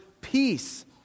peace